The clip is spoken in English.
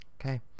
okay